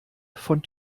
von